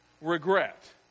Regret